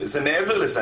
זה מעבר לזה.